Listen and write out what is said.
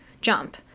jump